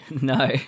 No